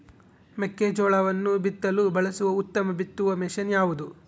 ಮೆಕ್ಕೆಜೋಳವನ್ನು ಬಿತ್ತಲು ಬಳಸುವ ಉತ್ತಮ ಬಿತ್ತುವ ಮಷೇನ್ ಯಾವುದು?